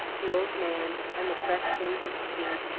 the old man, and the fresh winds of the sea.